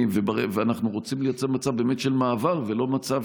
ואנחנו רוצים לייצר מצב של מעבר ולא מצב